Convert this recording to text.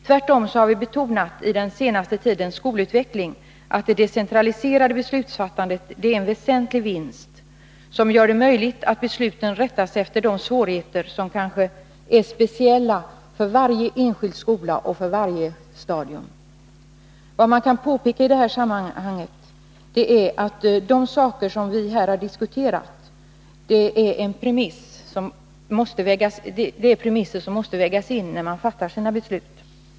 Tvärtom har vi i den senaste tidens skolutveckling betonat att det decentraliserade beslutsfattandet är en väsentlig vinst, som gör det möjligt att anpassa besluten efter de svårigheter som kanske är speciella för varje enskild skola och för varje stadium. I sammanhanget kan påpekas att de saker som vi här har diskuterat är premisser som måste vägas in när besluten fattas.